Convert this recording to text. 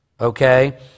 okay